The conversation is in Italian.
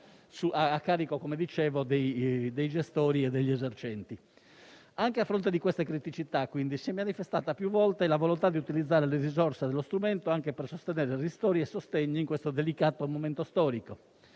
carico, come dicevo, dei gestori e degli esercenti. Anche a fronte di tali criticità, quindi, si è manifestata più volte la volontà di utilizzare le risorse dello strumento anche per sostenere ristori e sostegni in questo delicato momento storico.